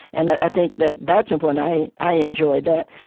and i think that that's important. i i enjoy that.